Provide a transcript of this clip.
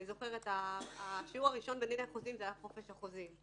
אני זוכרת שהשיעור הראשון בדיני החוזים זה היה בחופש החוזים,